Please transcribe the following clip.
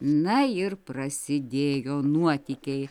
na ir prasidėjo nuotykiai